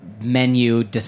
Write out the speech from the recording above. menu